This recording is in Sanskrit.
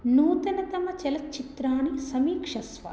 नूतनतमचलच्चित्राणि समीक्षस्व